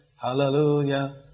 hallelujah